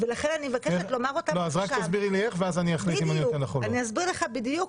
אני סגרתי את הדיון עשר